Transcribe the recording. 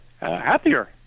happier